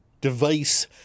device